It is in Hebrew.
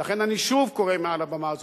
ולכן אני שוב קורא מעל הבמה הזאת,